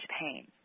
pain